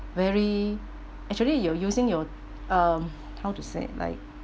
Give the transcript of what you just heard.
very actually you're using your um how to say like